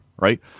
right